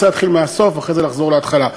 אני רוצה להתחיל מהסוף ואחרי זה לחזור להתחלה.